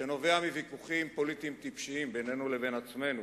שנובע מוויכוחים פוליטיים טיפשיים בינינו לבין עצמנו,